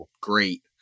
great